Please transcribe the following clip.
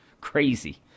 crazy